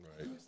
Right